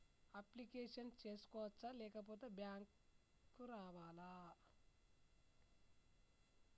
Application చేసుకోవచ్చా లేకపోతే bank రావాలా?